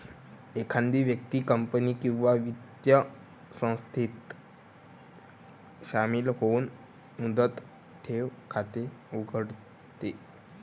एखादी व्यक्ती कंपनी किंवा वित्तीय संस्थेत शामिल होऊन मुदत ठेव खाते उघडते